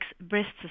breasts